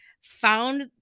found